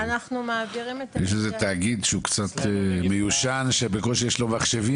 יש איזו תאגיד קצת מיושן שבקושי יש לו מכשירים,